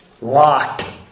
locked